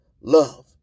love